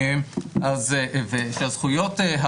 שהזכויות הנוספות